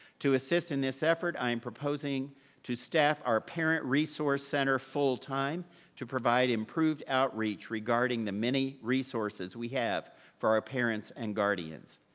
to assist in this effort, i am proposing to staff our parent resource center full time to provide improved outreach regarding the many resources we have for our parents and guardians.